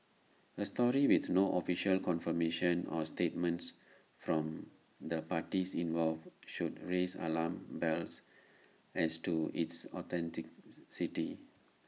A story with no official confirmation or statements from the parties involved should raise alarm bells as to its authenticity